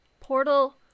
portal